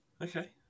Okay